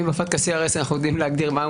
אם בפטקא-CRS אנחנו יודעים להגדיר מהו